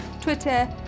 Twitter